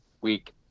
week